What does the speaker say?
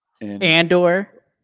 andor